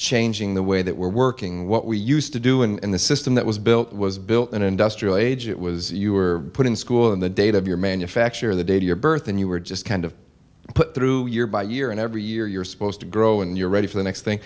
changing the way that we're working what we used to do and the system that was built was built in industrial age it was you were put in school and the date of your manufacture of the day your birth and you were just kind of put through year by year and every year you're supposed to grow and you're ready for the next thing